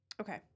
Okay